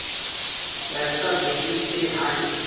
पैसा भेजे के हाइ?